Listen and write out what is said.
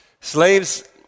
slaves